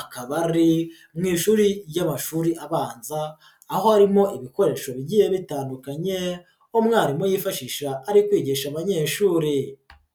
akaba ari mu ishuri ry'amashuri abanza aho harimo ibikoresho bigiye bitandukanye, umwarimu yifashisha ari kwigisha abanyeshuri.